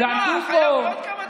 חייב בעוד כמה דברים,